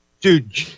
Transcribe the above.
Dude